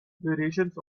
variations